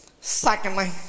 Secondly